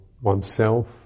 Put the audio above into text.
oneself